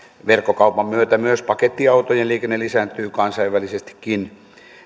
verkkokaupan myötä myös pakettiautojen liikenne lisääntyy kansainvälisestikin